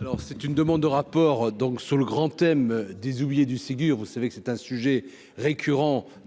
Alors c'est une demande de rapport donc sous le grand thème 10 oubliées du Ségur, vous savez que c'est un sujet récurrent depuis